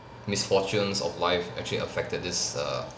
misfortunes of life actually affected this err